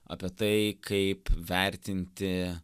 apie tai kaip vertinti